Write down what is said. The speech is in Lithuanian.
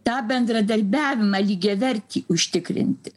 tą bendradarbiavimą lygiavertį užtikrinti